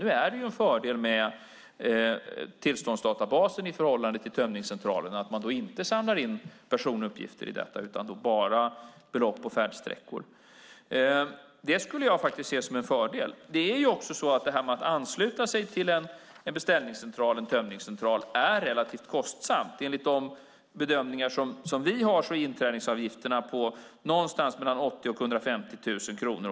Nu är det en fördel med tillståndsdatabasen i förhållande till tömningscentralerna genom att man inte samlar in personuppgifter utan bara belopp och färdsträckor. Det skulle jag faktiskt se som en fördel. Att ansluta sig till en beställningscentral och en tömningscentral är relativt kostsamt. Enligt de bedömningar som vi har är inträdesavgifterna på någonstans mellan 80 000 och 150 000 kronor.